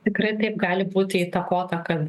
tikrai taip gali būti įtakota kad